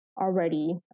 already